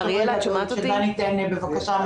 עכשיו דן בן טל ייתן מענה, בבקשה.